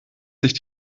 sich